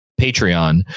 Patreon